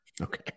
Okay